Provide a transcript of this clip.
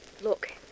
Look